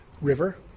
river